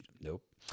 nope